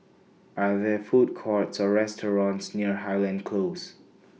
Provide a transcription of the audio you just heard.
Are There Food Courts Or restaurants near Highland Close